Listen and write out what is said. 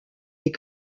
des